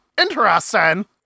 interesting